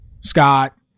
Scott